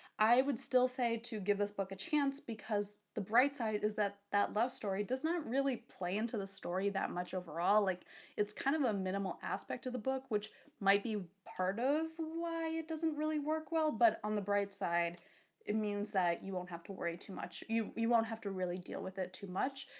i would still say to give this book a chance because the bright side is that that love story does not really play into the story that much overall. like it's kind of a minimal aspect of the book, which might be part of why it doesn't really work well, but on the bright side it means that you won't have to worry too much, you you won't have to really deal with it too much.